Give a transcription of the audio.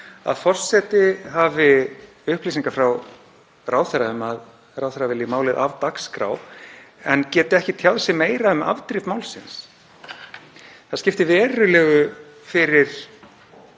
að forseti hafi upplýsingar frá ráðherra, um að ráðherra vilji málið af dagskrá, en geti ekki tjáð sig meira um afdrif málsins. Það skiptir verulegu máli,